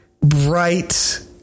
bright